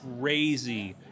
crazy